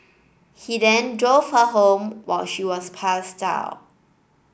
he then drove her home while she was passed out